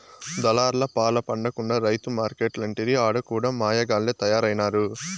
దళార్లపాల పడకుండా రైతు మార్కెట్లంటిరి ఆడ కూడా మాయగాల్లె తయారైనారు